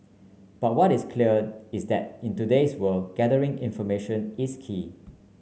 but what is clear is that in today's world gathering information is key